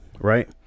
right